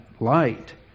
light